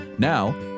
Now